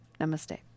Namaste